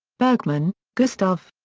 bergmann, gustav.